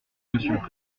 monsieur